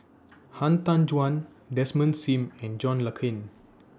Han Tan Juan Desmond SIM and John Le Cain